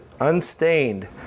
unstained